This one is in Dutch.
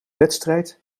wedstrijd